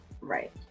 right